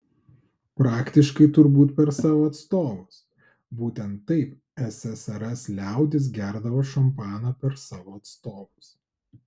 praktiškai turbūt per savo atstovus būtent taip ssrs liaudis gerdavo šampaną per savo atstovus